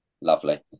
lovely